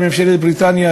לממשלת בריטניה,